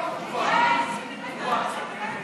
הכנסת בדבר חלוקה ופיצול של הצעת חוק ההתייעלות הכלכלית